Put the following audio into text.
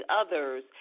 others